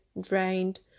drained